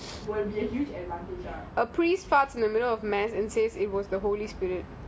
a priest farts in the middle of mass and says it was the holy spirit